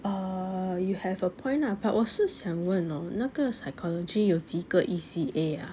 err you have a point lah but 我是想问 orh 那个 psychology 有几个 E_C_A